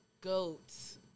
goats